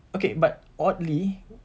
okay but oddly